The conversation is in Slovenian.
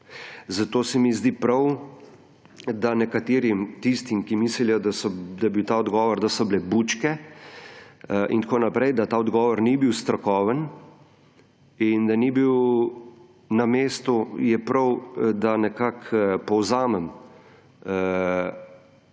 Zato se mi zdi prav, da nekaterim, tistim, ki mislijo, da je bil ta odgovor, da so bile bučke in tako naprej, da ta odgovor ni bil strokoven in da ni bil na mestu, je prav, da nekako povzamem